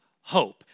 hope